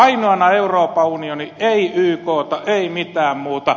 ainoana euroopan unioni ei ykta ei mitään muuta